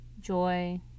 Joy